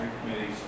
committees